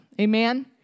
Amen